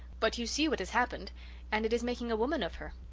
but you see what has happened and it is making a woman of her.